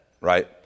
Right